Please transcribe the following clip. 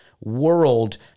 world